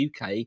UK